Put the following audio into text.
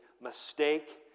mistake